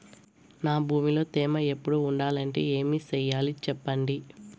నా భూమిలో తేమ ఎప్పుడు ఉండాలంటే ఏమి సెయ్యాలి చెప్పండి?